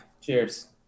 Cheers